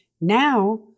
Now